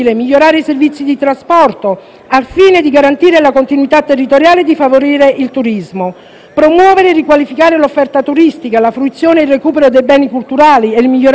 al fine di garantire la continuità territoriale e di favorire il turismo, a promuovere e riqualificare l'offerta turistica, la fruizione e il recupero dei beni culturali e il miglioramento dei servizi pubblici locali,